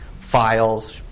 files